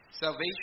Salvation